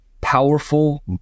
powerful